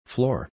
Floor